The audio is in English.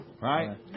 right